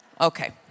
Okay